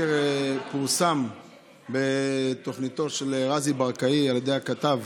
הבוקר פורסם בתוכניתו של רזי ברקאי על ידי הכתב